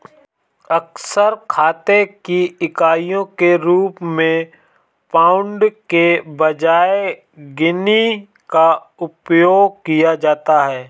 अक्सर खाते की इकाइयों के रूप में पाउंड के बजाय गिनी का उपयोग किया जाता है